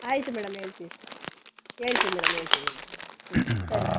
ಆಯಿತು ಮೇಡಮ್ ಹೇಳ್ತೀವಿ ಹೇಳ್ತೀವ್ ಮೇಡಮ್ ಹೇಳ್ತೀವ್ ಮೇಡಮ್ ಹುಂ ಸರಿ ಮೇಡಮ್